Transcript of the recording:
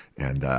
and, ah,